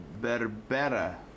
Berbera